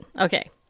Okay